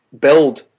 build